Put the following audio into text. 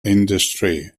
industry